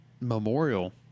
memorial